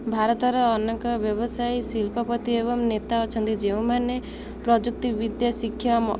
ଭାରତର ଅନେକ ବ୍ୟବସାୟୀ ଶିଳ୍ପପତି ଏବଂ ନେତା ଅଛନ୍ତି ଯେଉଁମାନେ ପ୍ରଯୁକ୍ତି ବିଦ୍ୟା ଶିକ୍ଷା